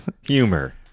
Humor